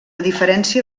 diferència